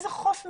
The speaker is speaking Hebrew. איזה חוף מהמם,